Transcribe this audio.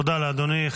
תודה לאדוני.